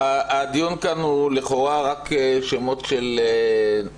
הדיון כאן הוא לכאורה רק על שמות של רחובות,